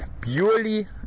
purely